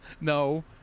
No